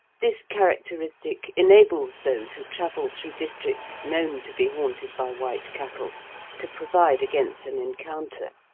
this characteristic enables those who travel through districts known to be haunted by white cattle to provide against an encounter,